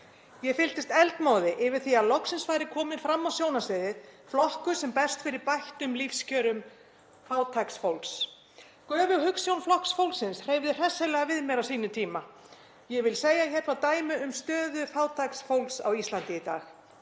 Ég fylltist eldmóði yfir því að loksins væri kominn fram á sjónarsviðið flokkur sem berst fyrir bættum lífskjörum fátæks fólks. Göfug hugsjón Flokks fólksins hreyfði hressilega við mér á sínum tíma. Ég vil koma hér með dæmi um stöðu fátæks fólks á Íslandi í dag.